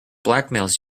blackmails